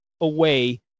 away